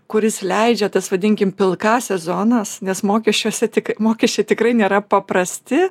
kuris leidžia tas vadinkim pilkąsias zonas nes mokesčiuose tik mokesčiai tikrai nėra paprasti